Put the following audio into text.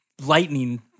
lightning